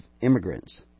immigrants